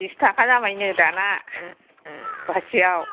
बिस थाखा जाबायनो दानिया फवासेआव